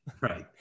Right